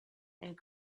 and